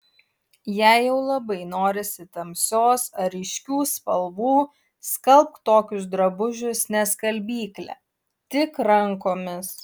jei jau labai norisi tamsios ar ryškių spalvų skalbk tokius drabužius ne skalbykle tik rankomis